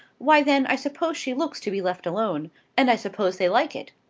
why then i suppose she looks to be left alone and i suppose they like it.